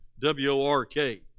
W-O-R-K